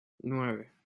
nueve